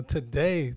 Today